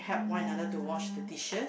uh